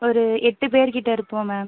ஒரு எட்டு பேர்கிட்டே இருப்போம் மேம்